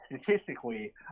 statistically